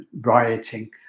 rioting